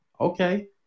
Okay